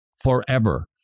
forever